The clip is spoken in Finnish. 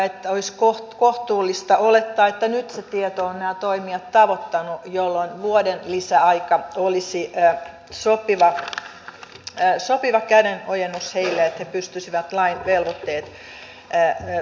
mutta olisi kohtuullista olettaa että nyt se tieto on nämä toimijat tavoittanut jolloin vuoden lisäaika olisi sopiva kädenojennus heille että he pystyvät lain velvoitteet toteuttamaan